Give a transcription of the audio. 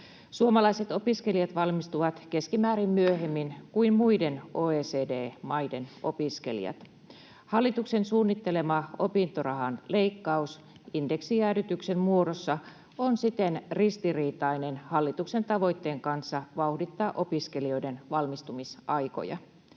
Suomalaiset opiskelijat valmistuvat keskimäärin myöhemmin kuin muiden OECD-maiden opiskelijat. Hallituksen suunnittelema opintorahan leikkaus indeksijäädytyksen muodossa on siten ristiriitainen hallituksen tavoitteen kanssa vauhdittaa opiskelijoiden valmistumisaikoja.